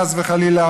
חס וחלילה,